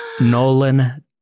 Nolan